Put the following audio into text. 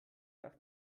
nach